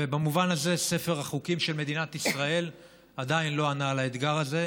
במובן הזה ספר החוקים של מדינת ישראל עדיין לא ענה לאתגר הזה,